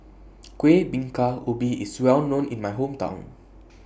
Kuih Bingka Ubi IS Well known in My Hometown